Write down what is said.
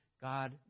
God